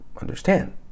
understand